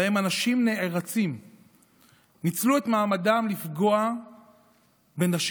שבהן אנשים נערצים ניצלו את מעמדם לפגוע בנשים,